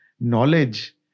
knowledge